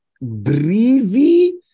breezy